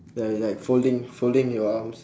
ya like folding folding your arms